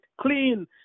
clean